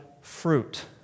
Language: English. fruit